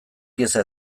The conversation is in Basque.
pieza